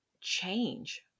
change